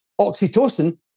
oxytocin